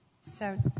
So-